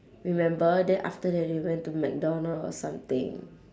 remember then after that they went to mcdonald or something